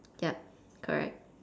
yup correct